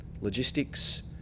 logistics